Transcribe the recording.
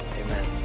Amen